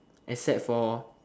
except for